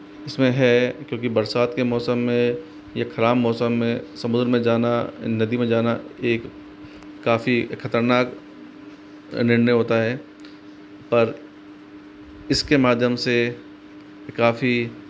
इसमें है क्योंकि के बरसात के मौसम में या खराब मौसम में समुद्र में जाना नदी में जाना एक काफ़ी खतरनाक निर्णय होता है पर इसके माध्यम से काफ़ी